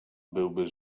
byłby